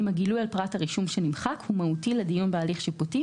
אם הגילוי על פרט הרישום שנמחק הוא מהותי לדיון בהליך שיפוטי,